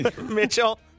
mitchell